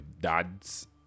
dad's